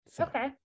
Okay